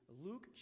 Luke